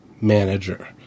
manager